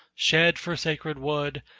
sheds for sacred wood,